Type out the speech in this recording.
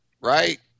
right